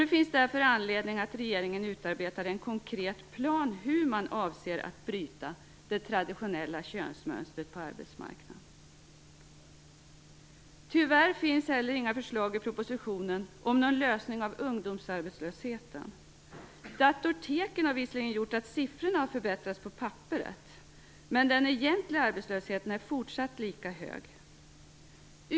Det finns därför anledning för regeringen att arbeta fram en konkret plan för hur man avser att bryta det traditionella könsmönstret på arbetsmarknaden. Tyvärr finns det inte heller i propositionen några förslag om en lösning av ungdomsarbetslösheten. Datorteken har visserligen gjort att siffrorna har förbättrats på papperet, men den egentliga arbetslösheten är fortsatt lika hög.